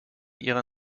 ihrer